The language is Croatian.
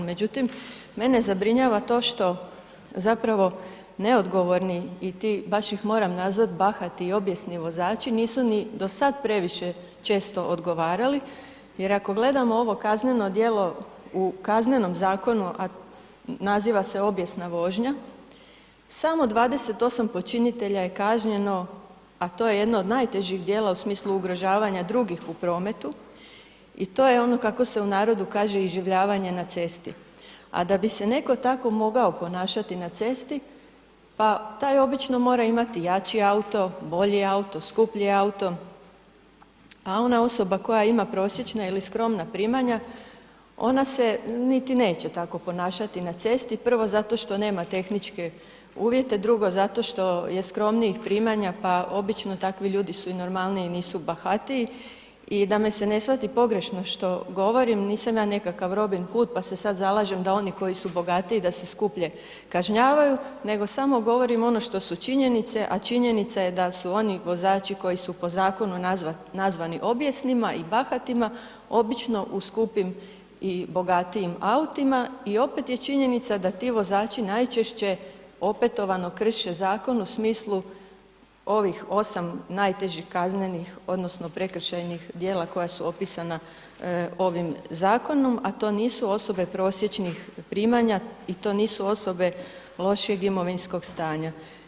Međutim, mene zabrinjava to što zapravo neodgovorni i ti, baš ih moram nazvat bahati i obijesni vozači nisu ni do sad previše često odgovarali jer ako gledamo ovo kazneno djelo u kaznenom zakonu, a naziva se obijesna vožnja, samo 28 počinitelja je kažnjeno, a to je jedno od najtežih djela u smislu ugrožavanja drugih u prometu i to je ono kako se u narodu kaže, iživljavanje na cesti, a da bi se netko tako mogao ponašati na cesti, pa taj obično mora imati jači auto, bolji auto, skuplji auto, a ona osoba koja ima prosječna ili skromna primanja, ona se niti neće tako ponašati na cesti, prvo zato što nema tehničke uvjete, drugo zato što je skromnijih primanja, pa obično takvi ljudi su i normalniji, nisu bahatiji i da me se ne shvati pogrešno što govorim, nisam ja nekakav Robin Hud, pa se sad zalažem da oni koji su bogatiji da se skuplje kažnjavaju, nego samo govorim ono što su činjenice, a činjenica je da su oni vozači koji su po zakonu nazvani obijesnima i bahatima, obično u skupim i bogatijim autima i opet je činjenica da ti vozači najčešće opetovano krše zakon u smislu ovih 8 najtežih kaznenih odnosno prekršajnih djela koja su opisana ovim zakonom, a to nisu osobe prosječnih primanja i to nisu osobe lošijeg imovinskog stanja.